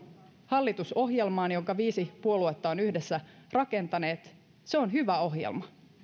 hallitusohjelmaan jonka viisi puoluetta ovat yhdessä rakentaneet se on hyvä ohjelma